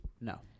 No